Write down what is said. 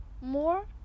more